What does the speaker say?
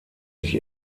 sich